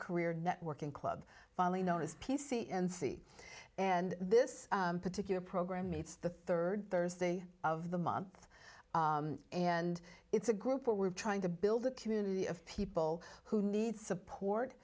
career networking club finally notice p c n c and this particular program meets the third thursday of the month and it's a group where we're trying to build a community of people who need support